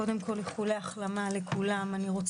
קודם כול, איחולי החלמה לכולם.